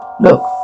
Look